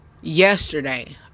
yesterday